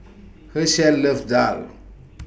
Hershell loves Daal